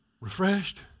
refreshed